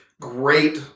Great